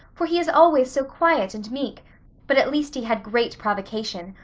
for he is always so quiet and meek but at least he had great provocation,